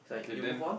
okay then